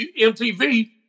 MTV